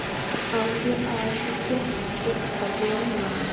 اولی آز کیٛاہ چھُ خبرَن منٛز